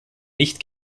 nicht